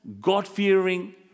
God-fearing